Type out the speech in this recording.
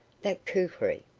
that kukri.